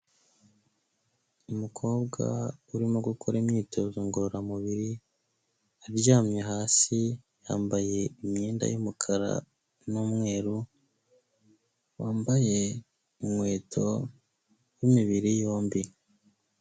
Umukobwa urimo gukora imyitozo ngororamubiri, aryamye hasi, yambaye imyenda y'umukara n'umweru, wambaye inkweto y'imibiri yombi.